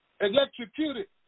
electrocuted